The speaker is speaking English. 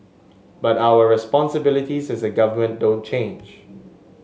but our responsibilities as a government don't change